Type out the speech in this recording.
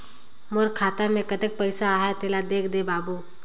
मोर खाता मे कतेक पइसा आहाय तेला देख दे बाबु?